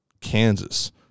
Kansas